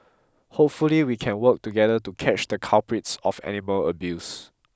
hopefully we can work together to catch the culprits of animal abuse